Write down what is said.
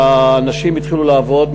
והאנשים התחילו לעבוד,